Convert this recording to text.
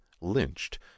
lynched